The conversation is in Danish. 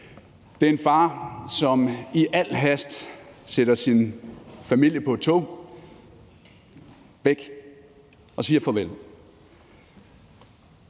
Det er en far, som i al hast sætter sin familie på et tog væk og siger farvel.